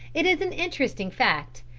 it is an interesting fact,